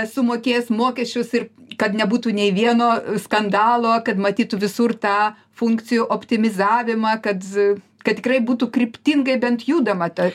sumokės mokesčius ir kad nebūtų nei vieno skandalo kad matytų visur tą funkcijų optimizavimą kad kad tikrai būtų kryptingai bent judama ta